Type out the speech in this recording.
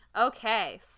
Okay